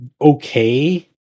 okay